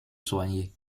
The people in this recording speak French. soigner